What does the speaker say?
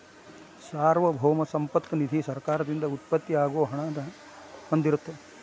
ಸಾರ್ವಭೌಮ ಸಂಪತ್ತ ನಿಧಿ ಸರ್ಕಾರದಿಂದ ಉತ್ಪತ್ತಿ ಆಗೋ ಹಣನ ಹೊಂದಿರತ್ತ